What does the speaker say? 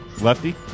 Lefty